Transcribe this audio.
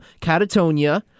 Catatonia